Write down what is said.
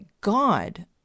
God